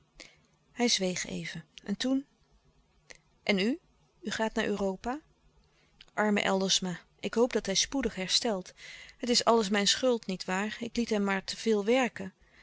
hij zweeg even en toen louis couperus de stille kracht en u u gaat naar europa arme eldersma ik hoop dat hij spoedig herstelt het is alles mijn schuld niet waar ik liet hem maar te veel werken